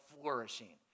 flourishing